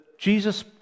Jesus